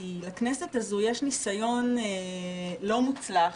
כי לכנסת הזו יש ניסיון לא מוצלח